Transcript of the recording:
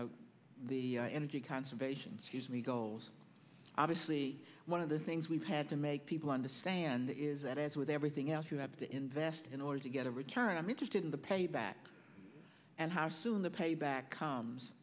or the energy conservation me goals obviously one of the things we've had to make people understand is that as with everything else you have to invest in order to get a return i'm interested in the payback and how soon the payback comes